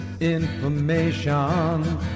information